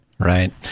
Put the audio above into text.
Right